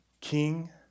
king